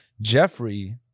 Jeffrey